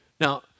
Now